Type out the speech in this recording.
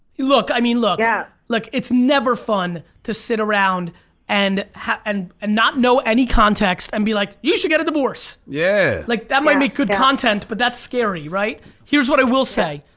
look, i mean look, yeah look, it's never fun to sit around and and and not know any context and be like you should get a divorce. yeah like that might make good content, but that's scary, right? here's what i will say.